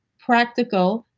practical,